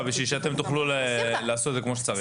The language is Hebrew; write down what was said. כדי שאתם תוכלו לעשות את זה כמו שצריך.